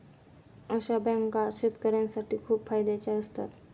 अशा बँका शेतकऱ्यांसाठी खूप फायद्याच्या असतात